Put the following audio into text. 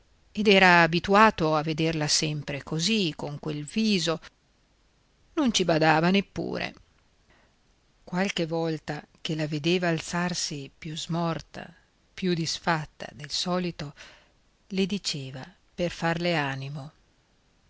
ed era abituato a vederla sempre così con quel viso non ci badava neppure qualche volta che la vedeva alzarsi più smorta più disfatta del solito le diceva per farle animo